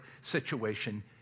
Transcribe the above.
situation